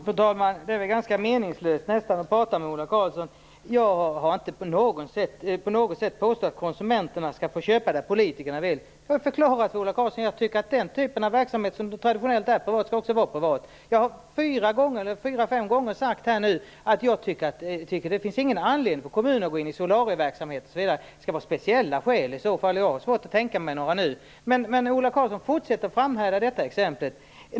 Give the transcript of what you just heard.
Fru talman! Det är ganska meningslöst att prata med Ola Karlsson. Jag har inte påstått att konsumenterna skall få köpa bara där politikerna vill. Jag har förklarat för Ola Karlsson att jag tycker att den typ av verksamhet som traditionellt är privat också skall vara privat. Jag har nu fyra fem gånger sagt att jag tycker att det inte finns någon anledning för kommuner att gå in i solarieverksamhet osv. Det skall i så fall vara speciella skäl, och jag har svårt att tänka mig några sådana just nu. Men Ola Karlsson fortsätter att framhärda i detta exempel.